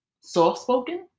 soft-spoken